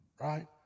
right